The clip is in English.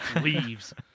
Leaves